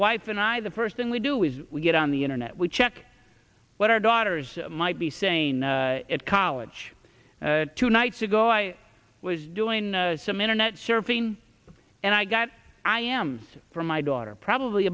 wife and i the first thing we do is we get on the internet we check what our daughters might be saying at college two nights ago i was doing some internet surfing and i got i ams for my daughter probably